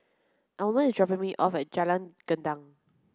Almer is dropping me off at Jalan Gendang